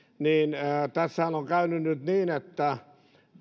niin tässähän on käynyt nyt niin että